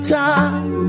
time